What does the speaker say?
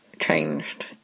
changed